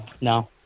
no